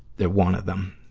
the one of them.